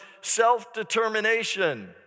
self-determination